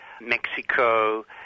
Mexico